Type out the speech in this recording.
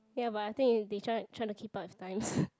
ya but I think they try try to keep up with times